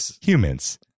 humans